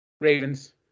Ravens